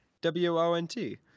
W-O-N-T